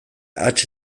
hats